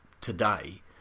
today